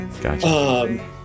gotcha